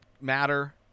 matter